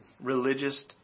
religious